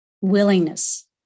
willingness